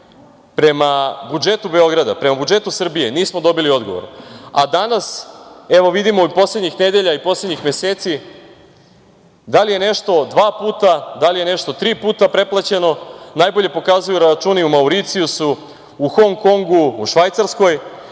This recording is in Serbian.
prema budžetu Beograda, prema budžetu Srbije, nismo dobili odgovor, a danas, vidimo poslednjih nedelja, poslednjih meseci, da li je nešto dva puta, da li je nešto tri puta preplaćeno najbolje pokazuju računi na Mauricijusu, u Hong Kongu, u Švajcarskoj